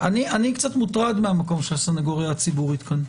אני קצת מוטרד מהמקום של הסנגוריה הציבורית כאן.